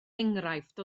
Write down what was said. enghraifft